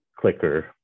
clicker